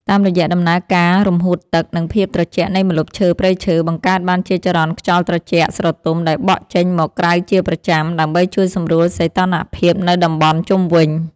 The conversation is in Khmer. តាមរយៈដំណើរការរំហួតទឹក និងភាពត្រជាក់នៃម្លប់ឈើព្រៃឈើ បង្កើតបានជាចរន្តខ្យល់ត្រជាក់ស្រទុំដែលបក់ចេញមកក្រៅជាប្រចាំ ដើម្បីជួយសម្រួលសីតុណ្ហភាពនៅតំបន់ជុំវិញ។